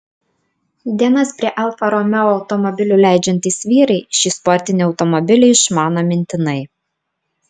dienas prie alfa romeo automobilių leidžiantys vyrai šį sportinį automobilį išmano mintinai